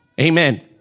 Amen